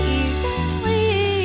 evenly